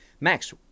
Max